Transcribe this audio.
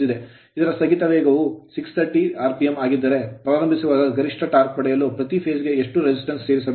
ಇದರ ಸ್ಥಗಿತ ವೇಗ ವು 630 rpm ಆಗಿದ್ದರೆ ಪ್ರಾರಂಭಿಸುವಾಗ ಗರಿಷ್ಠ torque ಟಾರ್ಕ್ ಪಡೆಯಲು ಪ್ರತಿ ಫೇಸ್ ಗೆ ಎಷ್ಟು resistance ಪ್ರತಿರೋಧವನ್ನು ಸೇರಿಸಬೇಕು